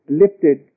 lifted